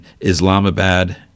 Islamabad